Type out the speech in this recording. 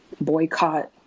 boycott